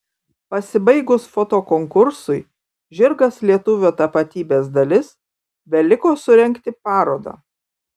pasibaigus fotokonkursui žirgas lietuvio tapatybės dalis beliko surengti parodą